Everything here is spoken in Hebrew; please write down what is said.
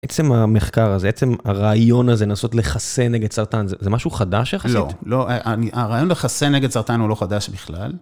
עצם המחקר הזה, עצם הרעיון הזה לנסות לחסן נגד סרטן, זה משהו חדש יחסית? לא, לא, הרעיון לחסן נגד סרטן הוא לא חדש בכלל.